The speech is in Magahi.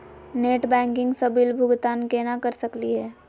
नेट बैंकिंग स बिल भुगतान केना कर सकली हे?